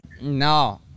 No